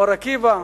אור-עקיבא.